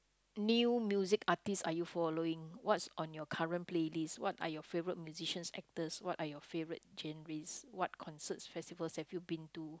new music artist are you following what's on your current playlist what are your favorite musicians actors what are your favorite genres what concerts festivals have you been to